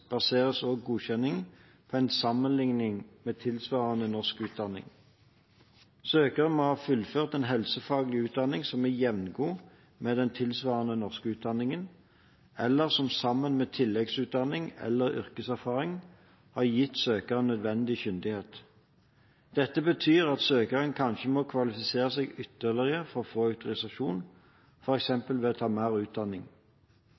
baseres også godkjenning på en sammenligning med tilsvarende norsk utdanning. Søkere må ha fullført en helsefaglig utdanning som er jevngod med den tilsvarende norske utdanningen, eller som sammen med tilleggsutdanning eller yrkeserfaring har gitt søkeren nødvendig kyndighet. Dette betyr at søkeren kanskje må kvalifisere seg ytterligere for å få autorisasjon, f.eks. ved å ta mer utdanning. For